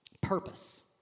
purpose